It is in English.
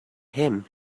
him